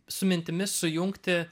su mintimis sujungti